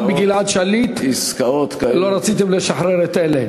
גם עם גלעד שליט, עסקאות, לא רציתם לשחרר את אלה.